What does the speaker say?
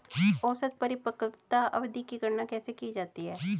औसत परिपक्वता अवधि की गणना कैसे की जाती है?